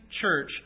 church